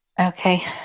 Okay